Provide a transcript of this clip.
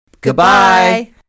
Goodbye